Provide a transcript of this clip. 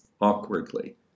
awkwardly